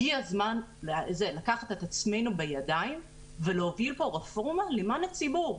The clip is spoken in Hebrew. הגיע הזמן לקחת את עצמנו בידיים ולהוביל פה רפורמה למען הציבור,